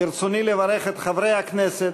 ברצוני לברך את חברי הכנסת,